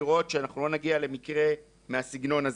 לראות שאנחנו לא נגיע למקרה מהסגנון הזה.